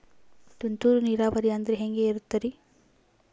ತುಂತುರು ನೇರಾವರಿ ಅಂದ್ರೆ ಹೆಂಗೆ ಇರುತ್ತರಿ?